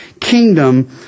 kingdom